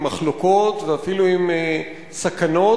עם מחלוקות ואפילו עם סכנות,